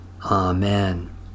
Amen